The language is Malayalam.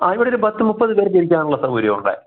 ആ ഇവിടൊരു പത്ത് മുപ്പത് പേര്ക്കിരിക്കാനുള്ള സൗകര്യമുണ്ട്